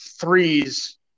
threes